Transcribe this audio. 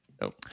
no